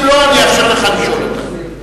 אם לא, אני אאשר לך לשאול אותה.